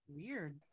weird